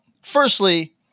firstly